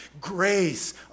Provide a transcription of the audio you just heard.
grace